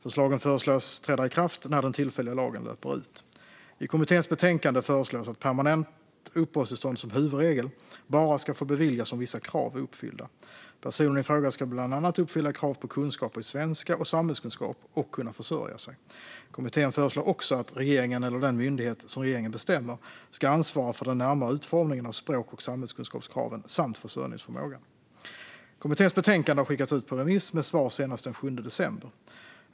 Förslagen föreslås träda i kraft när den tillfälliga lagen löper ut. I kommitténs betänkande föreslås att permanent uppehållstillstånd som huvudregel bara ska få beviljas om vissa krav är uppfyllda. Personen i fråga ska bland annat uppfylla krav på kunskaper i svenska och samhällskunskap och kunna försörja sig. Kommittén föreslår också att regeringen eller den myndighet som regeringen bestämmer ska ansvara för den närmare utformningen av språk och samhällskunskapskraven samt försörjningsförmågan. Kommitténs betänkande har skickats ut på remiss med svar senast den 7 december.